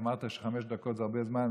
אמרת שחמש דקות זה הרבה זמן.